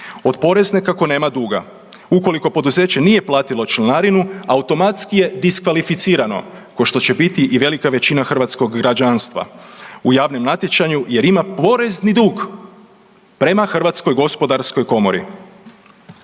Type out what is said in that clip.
od porezne kako nema dugo. Ukoliko poduzeće nije platilo članarinu, automatski je diskvalificirano kao što će biti i velika većina hrvatskog građanstva u javnom natječaju jer ima porezni dug prema HGK-u. Javne ovlasti, čl.